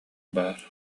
баар